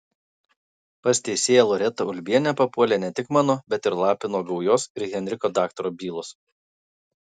pas teisėją loretą ulbienę papuolė ne tik mano bet ir lapino gaujos ir henriko daktaro bylos